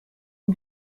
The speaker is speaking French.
une